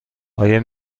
آیا